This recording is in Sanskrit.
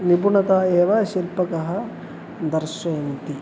निपुणता एव शिल्पकः दर्शयति